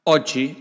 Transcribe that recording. Oggi